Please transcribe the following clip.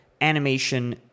animation